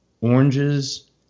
oranges